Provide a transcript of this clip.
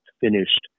finished